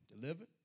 delivered